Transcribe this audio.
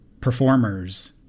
performers